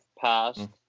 passed